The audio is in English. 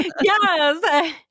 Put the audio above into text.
yes